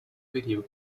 video